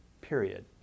period